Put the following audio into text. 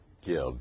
give